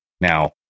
Now